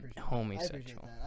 Homosexual